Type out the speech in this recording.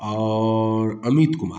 और अमित कुमार